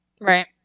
Right